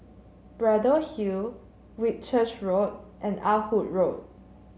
Braddell Hill Whitchurch Road and Ah Hood Road